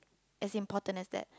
as important as that